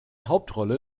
hauptrolle